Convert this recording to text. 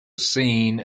scene